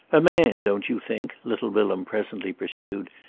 a man, don't you think? little bilham presently pursued,